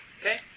Okay